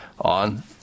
on